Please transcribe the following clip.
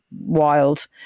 wild